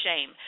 shame